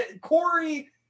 Corey